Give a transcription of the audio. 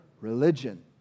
religion